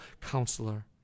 counselor